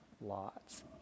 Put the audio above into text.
lots